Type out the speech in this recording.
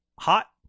hot